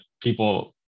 people